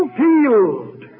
field